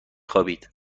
خوابید